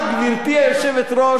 גברתי היושבת-ראש,